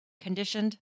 Conditioned